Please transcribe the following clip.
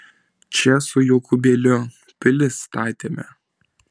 čia su jokūbėliu pilis statėme